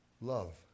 love